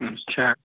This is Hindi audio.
अच्छा